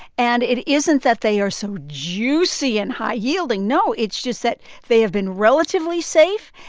and it isn't that they are so juicy and high yielding. no, it's just that they have been relatively safe,